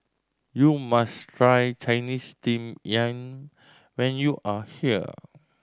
you must try Chinese Steamed Yam when you are here